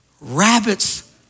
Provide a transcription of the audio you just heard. rabbits